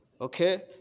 Okay